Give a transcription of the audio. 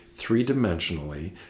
three-dimensionally